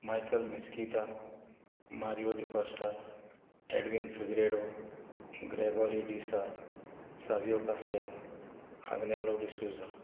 Michael Mesquita Mario D'Costa Edwin Figueiredo Gregory D'Sa Savio Castel Agnelo D'Souza